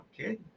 Okay